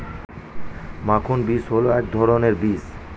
মাখন বিন্স হল এক ধরনের বিন্স